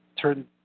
turn